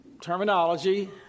terminology